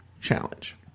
challenge